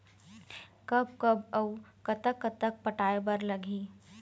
कब कब अऊ कतक कतक पटाए बर लगही